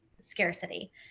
scarcity